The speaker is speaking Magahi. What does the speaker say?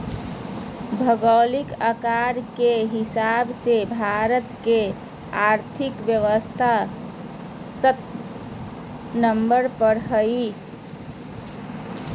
भौगोलिक आकार के हिसाब से भारत के और्थिक व्यवस्था सत्बा नंबर पर हइ